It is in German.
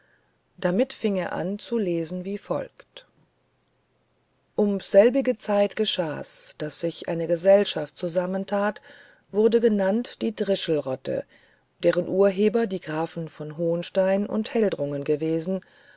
damit fing er an zu lesen wie folgt umb selbige zeit geschach's daß sich eine gesellschaft zusammenthat wurde genannt die drischel rotte deren urheber die grafen von honstein und heldrungen gewesen